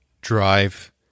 drive